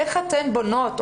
איך אתן בונות,